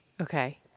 Okay